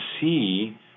see